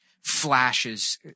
flashes